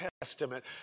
Testament